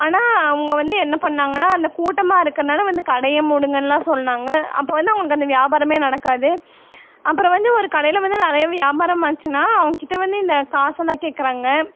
ஆனால் அவங்க வந்து என்ன பண்ணாங்கன்னால் அந்த கூட்டமாக இருக்கறனால வந்து கடையை மூடுங்கனுலாம் சொன்னாங்க அப்போ வந்து அவங்களுக்கு அந்த வியாபாரமே நடக்காது அப்புறம் வந்து ஒரு கடையில் வந்து நிறைய வியாபாரம் ஆச்சுன்னா அவங்கக்கிட்ட வந்து இந்த காசெல்லாம் கேட்குறாங்க